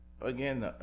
again